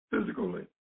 physically